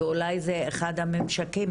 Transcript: ואולי זה אחד הממשקים